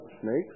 snakes